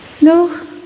No